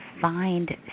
find